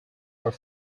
were